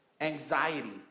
anxiety